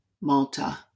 Malta